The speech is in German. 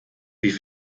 wie